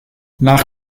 nach